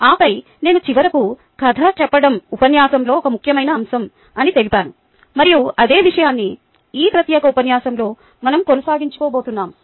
ఆపై నేను చివరకు కథ చెప్పడం ఉపన్యాసంలో ఒక ముఖ్యమైన అంశం అని తెలిపాను మరియు అదే విషయాన్ని ఈ ప్రత్యేక ఉపన్యాసంలో మనం కొనసాగించబోతున్నాం